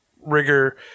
rigor